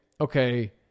okay